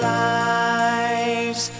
lives